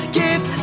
gift